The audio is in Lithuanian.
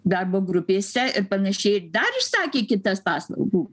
darbo grupėse ir panašiai ir dar išsakė kitas paslaugų